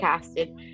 casted